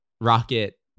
Rocket